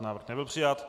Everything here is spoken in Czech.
Návrh nebyl přijat.